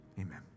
amen